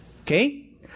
Okay